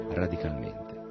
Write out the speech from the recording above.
radicalmente